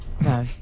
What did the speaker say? No